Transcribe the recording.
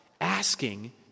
asking